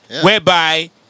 Whereby